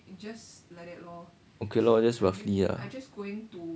okay lor just roughly lah